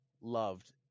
loved